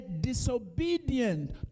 disobedient